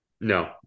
No